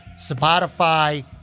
Spotify